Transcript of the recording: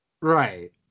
Right